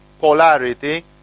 polarity